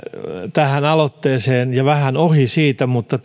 tähän aloitteeseen ja vähän ohi siitä mutta